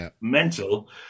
mental